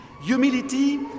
Humility